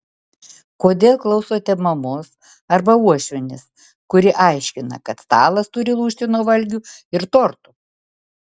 kodėl klausote mamos arba uošvienės kuri aiškina kad stalas turi lūžti nuo valgių ir tortų